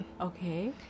Okay